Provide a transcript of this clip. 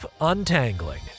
untangling